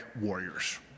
warriors